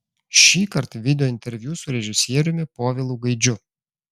šįkart videointerviu su režisieriumi povilu gaidžiu